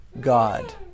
God